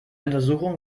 untersuchung